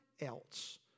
else